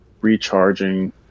recharging